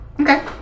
Okay